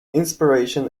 inspiration